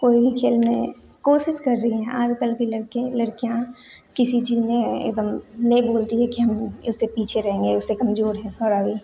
कोई भी खेल में कोशिश कर रही हैं आजकल के लड़के लड़कियाँ किसी चीज़ में एकदम नहीं भूलती है कि हम इससे पीछे रहेंगे उससे कमजोर हैं थोड़ा भी